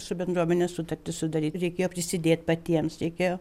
su bendruomene sutartis sudaryt reikėjo prisidėt patiems reikėjo